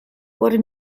por